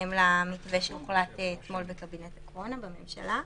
בהתאם למתווה שהוחלט אתמול בקבינט הקורונה בממשלה.